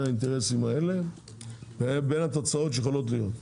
האינטרסים האלה ובין התוצאות שיכולות להיות.